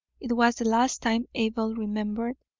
it was the last time, abel remembered,